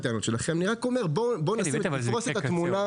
אבל בואו נפרוש את התמונה --- כן,